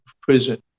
prison